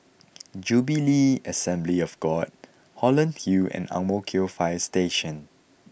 Jubilee Assembly of God Holland Hill and Ang Mo Kio Fire Station